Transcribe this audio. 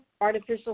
artificial